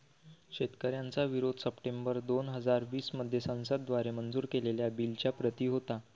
शेतकऱ्यांचा विरोध सप्टेंबर दोन हजार वीस मध्ये संसद द्वारे मंजूर केलेल्या बिलच्या प्रति होता